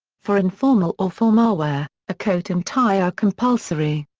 for informal or formalwear, a coat and tie are compulsory.